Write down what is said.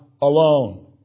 Alone